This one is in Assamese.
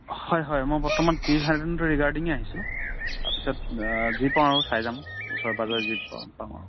হয় হয় মই বৰ্তমান টি গাৰ্ডেনতো ৰিগাৰ্ডিঙে আছিছোঁ তাৰপিছত যি পাওঁ আৰু চাই যাম ওচৰে পাঁজৰে যি পাওঁ পাম আৰু